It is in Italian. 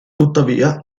tuttavia